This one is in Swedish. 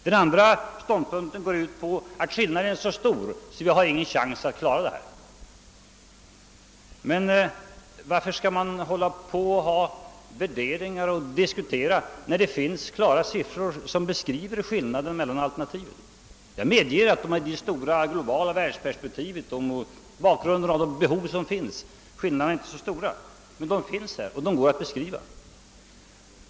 Den andra ståndpunkten går ut på att skillnaderna är så stora, att vi inte har någon chans att klara våra krav. Varför skall man hålla på att göra olika värderingar och diskutera, när det finns klara siffror som beskriver skillnaden mellan alternativen? Jag medger att i det stora globala perspektivet och mot bakgrunden av de behov som föreligger skillnaderna inte är särskilt stora, men de finns där ändå. Och de går att beskriva.